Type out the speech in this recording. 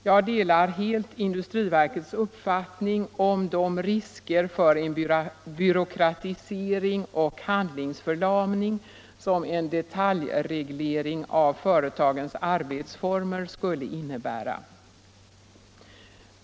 Jag delar industriverkets uppfattning om de risker för byråkratisering och handlingsförlamning som en detaljreglering av företagens arbetsformer skulle innebära.